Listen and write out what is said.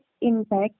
impact